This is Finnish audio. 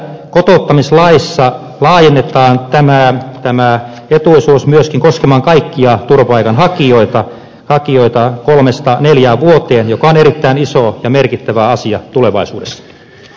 tässä kotouttamislaissa laajennetaan tämä etuisuus myöskin koskemaan kaikkia turvapaikanhakijoita kolmesta neljään vuoteen mikä on erittäin iso ja merkittävä asia tulevaisuudessa